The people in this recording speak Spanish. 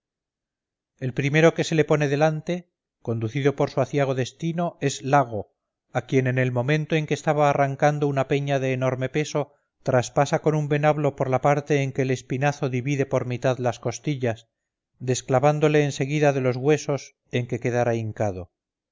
el primero que se le pone delante conducido por su aciago destino es lago a quien en el momento en que estaba arrancando una peña de enorme peso traspasa con un venablo por la parte en que el espinazo divide por mitad las costillas desclavándole en seguida de los huesos en que quedara hincado